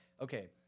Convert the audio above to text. okay